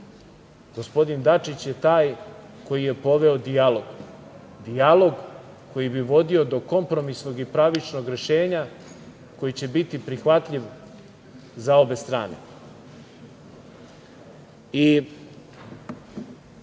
Gospodin Dačić je taj koji je poveo dijalog, dijalog, koji bi vodio do kompromisnog i pravičnog rešenja koji će biti prihvatljiv za obe strane. Pozivate